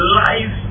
life